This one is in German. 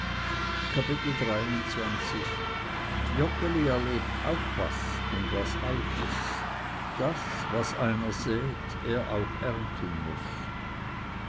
kapitel joggeli erlebt auch was und was altes daß was einer säet er auch ernten muß